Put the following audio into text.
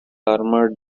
armored